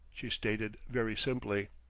she stated very simply.